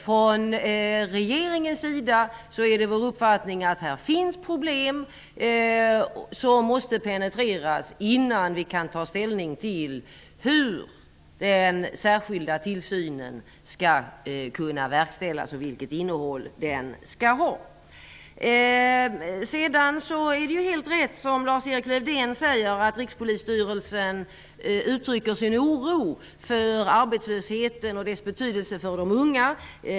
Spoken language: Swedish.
Det är regeringens uppfattning att det finns problem här som måste penetreras innan vi kan ta ställning till hur den särskilda tillsynen skall verkställas och vilket innehåll den skall ha. Sedan är det ju helt rätt, som Lars-Erik Lövdén säger, att Rikspolisstyrelsen uttrycker sin oro för arbetslösheten och dess betydelse för de unga.